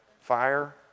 fire